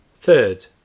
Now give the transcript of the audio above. Third